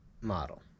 model